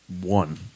One